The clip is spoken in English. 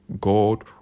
God